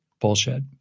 bullshit